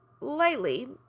lightly